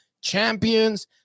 Champions